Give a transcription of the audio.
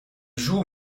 joues